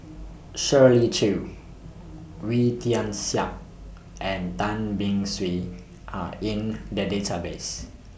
Shirley Chew Wee Tian Siak and Tan Beng Swee Are in The Database